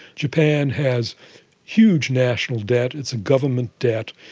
japan has huge national debt, it's a government debt.